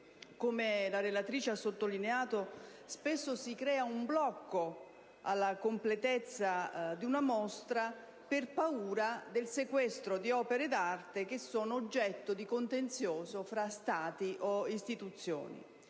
Come la relatrice ha sottolineato, spesso si crea un blocco alla completezza di una mostra per paura del sequestro di opere d'arte che sono oggetto di contenzioso tra Stati o istituzioni.